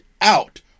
out